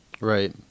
Right